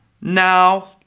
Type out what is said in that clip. Now